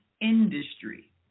industry